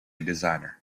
designer